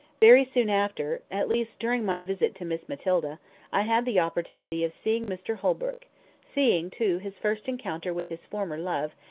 very soon after at least during my visit to miss matilda i had the opportunity of seeing mr holbrook seeing, too, his first encounter with his former love,